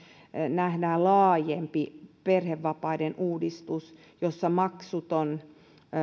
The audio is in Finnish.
nähdään laajempi perhevapaiden uudistus jossa maksuton